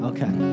Okay